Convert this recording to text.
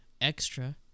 extra